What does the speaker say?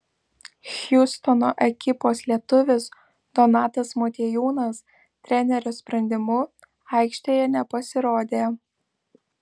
hjustono ekipos lietuvis donatas motiejūnas trenerio sprendimu aikštėje nepasirodė